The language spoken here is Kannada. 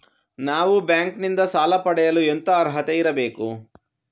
ನಾವು ಬ್ಯಾಂಕ್ ನಿಂದ ಸಾಲ ಪಡೆಯಲು ಎಂತ ಅರ್ಹತೆ ಬೇಕು?